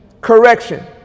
Correction